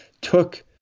took